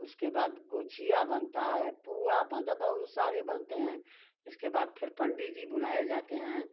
उसके बाद गुजिया बनता है पुआ बनता है बहुत सारे बनते हैं इसके बाद फेर पंडी जी बुलाए जाते हैं